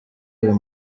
uyu